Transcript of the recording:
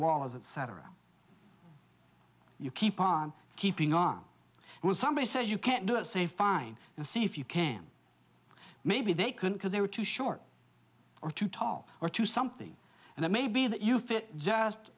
walls etc you keep on keeping on when somebody says you can't do it say fine and see if you can maybe they couldn't because they were too short or too tall or to something and it may be that you fit just